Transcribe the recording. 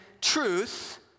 truth